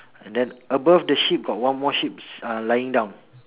and then above the sheep got one more sheep's uh lying down